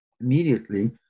immediately